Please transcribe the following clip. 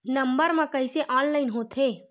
Number मा कइसे online होथे?